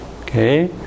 okay